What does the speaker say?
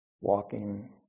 walking